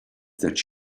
that